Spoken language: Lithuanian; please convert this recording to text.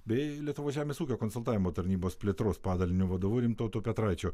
bei lietuvos žemės ūkio konsultavimo tarnybos plėtros padalinio vadovu rimtautu petraičiu